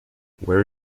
where